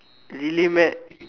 really meh